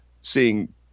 seeing